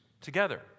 together